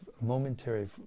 momentary